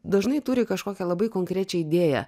dažnai turi kažkokią labai konkrečią idėją